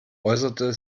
äußerte